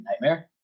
Nightmare